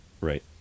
Right